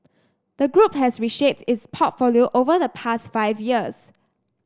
the group has reshaped its portfolio over the past five years